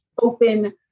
open